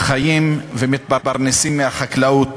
חיים ומתפרנסים מהחקלאות.